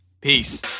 Peace